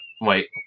wait